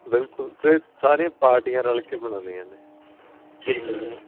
ਬਿਲਕੁਲ ਅਤੇ ਸਾਰੀਆਂ ਪਾਰਟੀਆਂ ਰਲ ਕੇ ਮਨਾਉਂਦੀਆਂ ਨੇ ਠੀਕ ਹੈ